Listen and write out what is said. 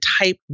type